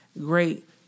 Great